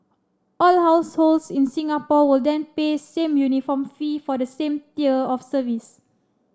all households in Singapore will then pay same uniform fee for the same tier of service